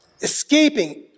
escaping